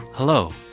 Hello